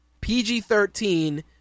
PG-13